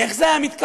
איך זה היה מתקבל?